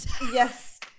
yes